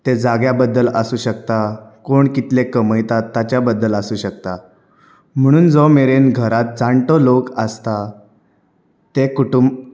तें जाग्या बद्दल आसूं शकता कोण कितले कमयता ताच्या बद्दल आसूं शकता म्हुणून जो मेरेन घरात जाणटो लोक आसता ते कुटूंब